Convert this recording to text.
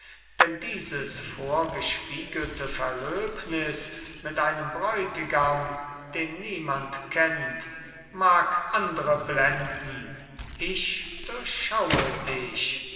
denn dieses vorgespiegelte verlöbnis mit einem bräutigam den niemand kennt mag andre blenden ich durchschaue dich